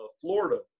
Florida